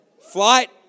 flight